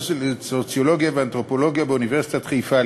לסוציולוגיה ואנתרופולוגיה באוניברסיטת חיפה,